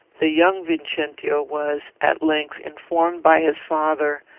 the young vincentio was, at length, informed by his father,